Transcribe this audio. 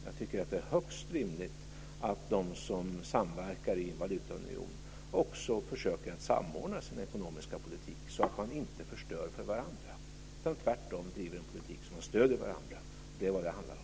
Jag tycker att det är högst rimligt att de som samverkar i en valutaunion också försöker att samordna sin ekonomiska politik så att man inte förstör för varandra utan tvärtom driver en politik där man stöder varandra. Det är vad det handlar om.